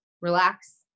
relax